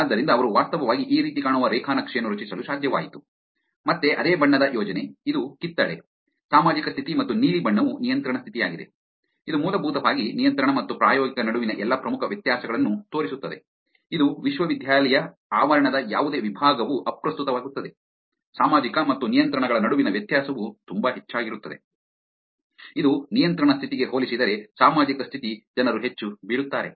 ಆದ್ದರಿಂದ ಅವರು ವಾಸ್ತವವಾಗಿ ಈ ರೀತಿ ಕಾಣುವ ರೇಖಾ ನಕ್ಷೆ ಅನ್ನು ರಚಿಸಲು ಸಾಧ್ಯವಾಯಿತು ಮತ್ತೆ ಅದೇ ಬಣ್ಣದ ಯೋಜನೆ ಇದು ಕಿತ್ತಳೆ ಸಾಮಾಜಿಕ ಸ್ಥಿತಿ ಮತ್ತು ನೀಲಿ ಬಣ್ಣವು ನಿಯಂತ್ರಣ ಸ್ಥಿತಿಯಾಗಿದೆ ಇದು ಮೂಲಭೂತವಾಗಿ ನಿಯಂತ್ರಣ ಮತ್ತು ಪ್ರಾಯೋಗಿಕ ನಡುವಿನ ಎಲ್ಲಾ ಪ್ರಮುಖ ವ್ಯತ್ಯಾಸಗಳನ್ನು ತೋರಿಸುತ್ತದೆ ಇದು ವಿಶ್ವವಿದ್ಯಾಲಯ ಆವರಣದ ಯಾವುದೇ ವಿಭಾಗವು ಅಪ್ರಸ್ತುತವಾಗುತ್ತದೆ ಸಾಮಾಜಿಕ ಮತ್ತು ನಿಯಂತ್ರಣಗಳ ನಡುವಿನ ವ್ಯತ್ಯಾಸವು ತುಂಬಾ ಹೆಚ್ಚಾಗಿರುತ್ತದೆ ಇದು ನಿಯಂತ್ರಣ ಸ್ಥಿತಿಗೆ ಹೋಲಿಸಿದರೆ ಸಾಮಾಜಿಕ ಸ್ಥಿತಿ ಜನರು ಹೆಚ್ಚು ಬೀಳುತ್ತಾರೆ